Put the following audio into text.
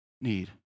need